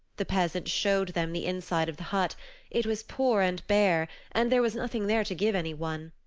the peasant showed them the inside of the hut it was poor and bare, and there was nothing there to give anyone.